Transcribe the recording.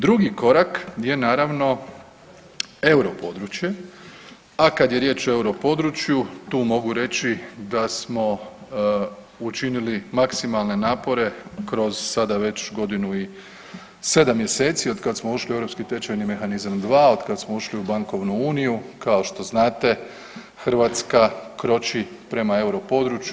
Drugi korak je naravno europodručje, a kad je riječ o europodručju tu mogu reći da smo učinili maksimalne napore kroz sada već godinu i 7 mjeseca otkad smo ušli u Europski tečajni mehanizam 2, otkad smo ušli u bankovnu uniju, kao što znate Hrvatska kroči prema europodručju.